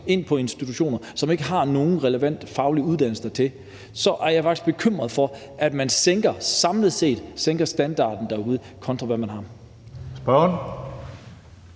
ind på institutionerne, som ikke har nogen relevant faglig uddannelse dertil, så faktisk bekymret for, at man samlet set sænker standarden derude, kontra det, man har. Kl.